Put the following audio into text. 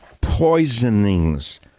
poisonings